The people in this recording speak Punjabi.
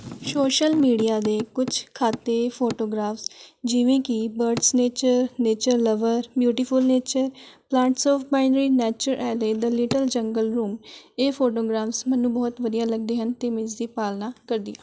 ਸ਼ੋਸ਼ਲ ਮੀਡੀਆ ਦੇ ਕੁਛ ਖਾਤੇ ਫੋਟੋਗ੍ਰਾਫਸ ਜਿਵੇਂ ਕਿ birds nature nature lover beautiful nature plant of finery nature and a the little jungle room ਇਹ ਫੋਟੋਗ੍ਰਾਫਸ ਮੈਨੂੰ ਬਹੁਤ ਵਧੀਆ ਲੱਗਦੇ ਹਨ ਮੈਂ ਇਸ ਦੀ ਪਾਲਣਾ ਕਰਦੀ ਹਾਂ